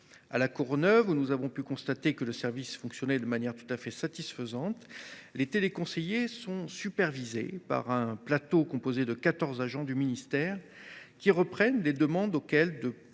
À La Courneuve, nous avons pu constater que ce service fonctionne de manière tout à fait satisfaisante. Les téléconseillers sont supervisés par un plateau composé de quatorze agents du ministère, qui reprennent les demandes auxquels le